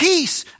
peace